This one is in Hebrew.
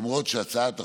למרות שהצעת החוק,